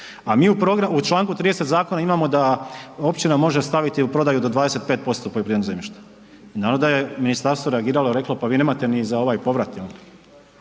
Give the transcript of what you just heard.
A mi u članku 30. zakona imamo da općina može staviti u prodaju do 25% poljoprivrednog zemljišta. I naravno da je ministarstvo reagiralo i reklo pa vi nemate ni za ovaj povrat,